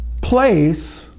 place